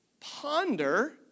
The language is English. ponder